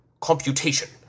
Computation